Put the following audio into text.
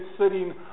sitting